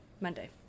Monday